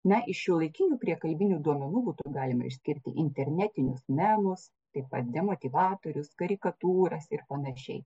na iš šiuolaikinių priekalbinių duomenų būtų galima išskirti internetinius memus taip pat demotyvatorius karikatūras ir panašiai